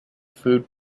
food